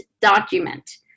document